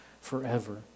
forever